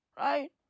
Right